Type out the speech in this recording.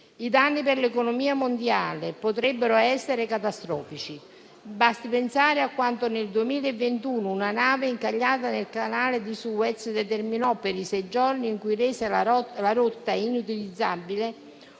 I danni per l'economia mondiale potrebbero essere catastrofici. Basti pensare a quando, nel 2021, una nave incagliata nel Canale di Suez determinò, per i sei giorni in cui rese la rotta inutilizzabile,